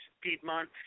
Piedmont